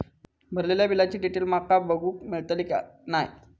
भरलेल्या बिलाची डिटेल माका बघूक मेलटली की नाय?